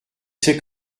c’est